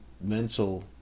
mental